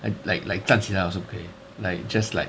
and like like 站起来 also pay like just like